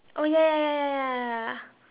oh ya ya ya ya ya ya ya